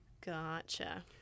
Gotcha